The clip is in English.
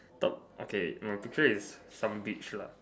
top okay my picture is some beach lah